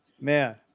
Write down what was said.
Man